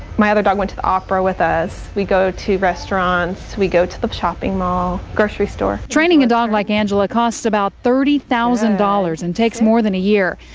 my other dog went to the opera with us. we go to restaurants, we go to the shopping mall, grocery store. training a dog like angela costs about thirty thousand dollars and takes more than a year.